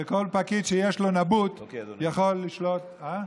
כשכל פקיד שיש לו נבוט יכול לשלוט, אוקיי,